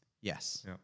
Yes